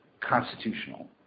constitutional